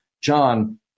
John